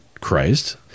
Christ